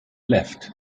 left